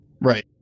Right